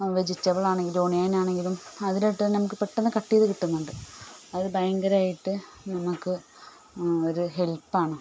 vegetable ആണെങ്കിലും onion ആണെങ്കിലും അതിൽ ഇട്ട് തന്നെ നമുക്ക് പെട്ടന്ന് കട്ട് ചെയ്ത് കിട്ടുന്നുണ്ട് അത് ഭയങ്കരമായിട്ട് നമ്മൾക്ക് ഒരു ഹെൽപ് ആണ്